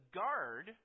guard